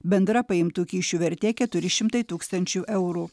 bendra paimtų kyšių vertė keturi šimtai tūkstančių eurų